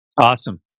Awesome